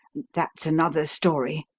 that's another story!